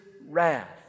wrath